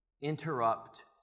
interrupt